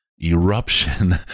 eruption